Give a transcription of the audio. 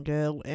Girl